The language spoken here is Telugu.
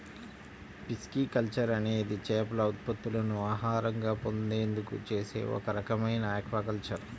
పిస్కికల్చర్ అనేది చేపల ఉత్పత్తులను ఆహారంగా పొందేందుకు చేసే ఒక రకమైన ఆక్వాకల్చర్